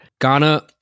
Ghana